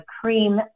cream